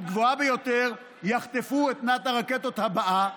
גבוהה ביותר יחטפו את מנת הרקטות הבאה,